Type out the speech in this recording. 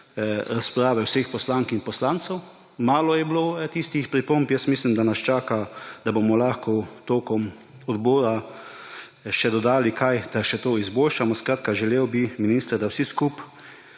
razprave vseh poslank in poslancev. Malo je bilo tistih pripomb. Mislim, da nas čaka, da bomo lahko tekom odbora še kaj dodali, da to še izboljšamo. Skratka, želel bi, minister, da vsi skupaj,